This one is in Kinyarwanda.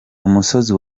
umusozi